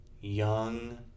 young